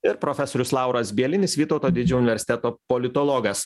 ir profesorius lauras bielinis vytauto didžiojo universiteto politologas